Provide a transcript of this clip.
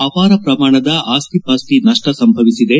ಅಪಾರ ಪ್ರಮಾಣದ ಆಸ್ತಿ ಪಾಸ್ತಿ ನಪ್ಪ ಸಂಭವಿಸಿದೆ